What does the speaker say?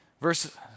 Verse